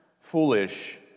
foolish